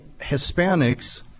Hispanics